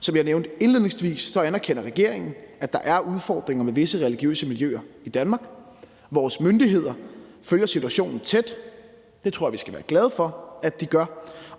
Som jeg nævnte indledningsvis, anerkender regeringen, at der er udfordringer med visse religiøse miljøer i Danmark. Vores myndigheder følger situationen tæt. Det tror jeg at vi skal være glade for at de gør.